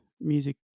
music